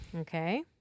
Okay